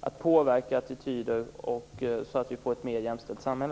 att påverka attityder så att vi får ett mer jämställt samhälle.